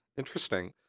Interesting